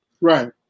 right